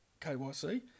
kyc